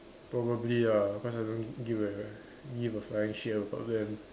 probably ah cause I don't give a give a flying shit about them